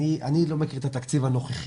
אני עוד לא מכיר את התקציב הנוכחי,